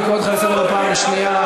אני קורא אותך לסדר בפעם השנייה.